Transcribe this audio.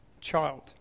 child